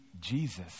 Jesus